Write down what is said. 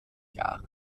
jahre